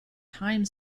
time